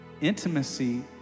Intimacy